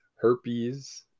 herpes